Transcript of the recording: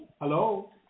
Hello